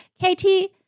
Katie